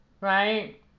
right